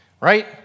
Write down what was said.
right